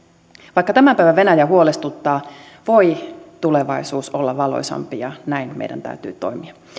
vaikka tämän päivän venäjä huolestuttaa voi tulevaisuus olla valoisampi ja näin meidän täytyy toimia